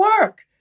work